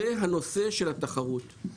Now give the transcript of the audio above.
זה נושא התחרות.